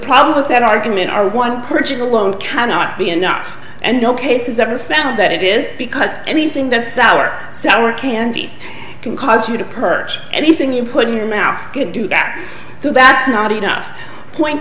problem with that argument are one pushing alone cannot be enough and no case is ever found that it is because anything that sour sour candies can cause you to purge anything you put in your mouth can do that so that's not enough point